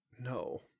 No